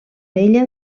ella